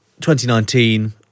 2019